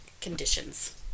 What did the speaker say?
conditions